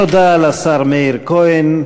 תודה לשר מאיר כהן,